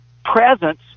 presence